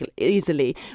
easily